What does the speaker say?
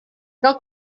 del